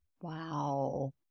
Wow